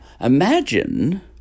imagine